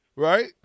Right